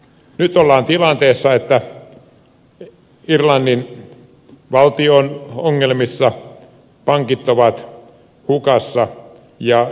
nyt ollaan tilanteessa että irlannin valtio on ongelmissa pankit ovat hukassa ja nyt on sitten auttamisen vuoro